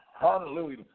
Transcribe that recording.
hallelujah